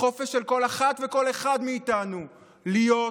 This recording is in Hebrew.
החופש של כל אחד וכל אחת מאיתנו להיות,